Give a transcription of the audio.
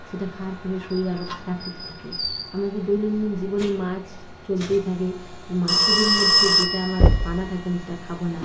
সেটা খাওয়ার পরে শরীর আরও খারাপ হতে থাকে আমাদের দৈনন্দিন জীবনে মাছ চলতেই থাকে তাই মাছেদের মধ্যে যেটা আমার মানা থাকে আমি সেটা খাব না